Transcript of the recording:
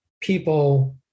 people